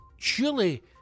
surely